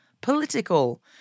political